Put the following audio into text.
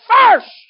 first